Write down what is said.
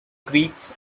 greeks